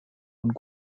und